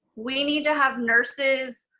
we need to have nurses,